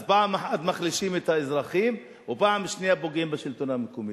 אז פעם אחת מחלישים את האזרחים ופעם שנייה פוגעים בשלטון המקומי.